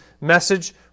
message